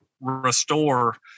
restore